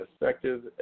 effective